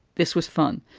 this was fun.